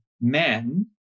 men